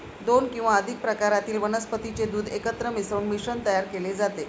दोन किंवा अधिक प्रकारातील वनस्पतीचे दूध एकत्र मिसळून मिश्रण तयार केले जाते